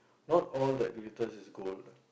not all that glitters is gold